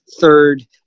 third